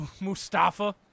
Mustafa